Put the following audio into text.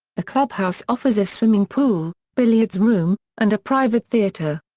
a clubhouse offers a swimming pool, billiards room, and a private theater.